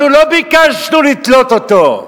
לא ביקשנו לתלות אותו,